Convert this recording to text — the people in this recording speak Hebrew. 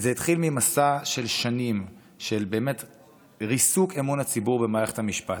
זה התחיל ממסע של שנים של ריסוק אמון הציבור במערכת המשפט.